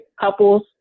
couples